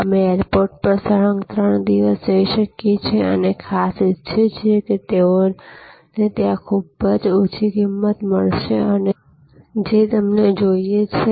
અમે એરપોર્ટ પર સળંગ 3 દિવસ જઈ શકીએ છીએ અને ખાસ ઈચ્છીએ છીએ કે તેઓને ત્યાં તે ખૂબ જ ઓછી કિંમતે મળશે જે તેમને જોઈએ છીએ